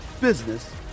business